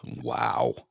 Wow